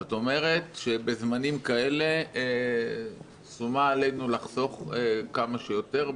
זאת אומרת שבזמנים כאלה שומה עלינו לחסוך כמה שיותר,